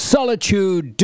Solitude